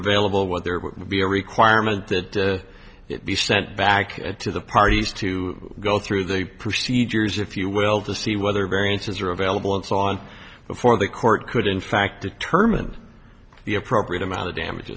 available where there would be a requirement that it be sent back to the parties to go through the procedures if you will to see whether variances are available and so on before the court could in fact determine the appropriate amount of damage